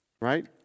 Right